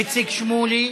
איציק שמולי?